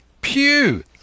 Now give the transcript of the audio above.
Pew